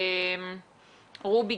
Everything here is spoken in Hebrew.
רובי